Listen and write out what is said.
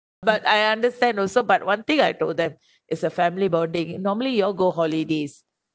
but I understand also but one thing I told them it's a family bonding normally you all go holidays